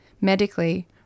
Medically